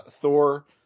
Thor